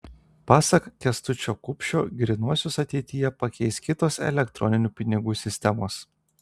pasak kęstučio kupšio grynuosius ateityje pakeis kitos elektroninių pinigų sistemos